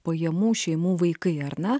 pajamų šeimų vaikai ar ne